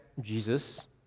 Jesus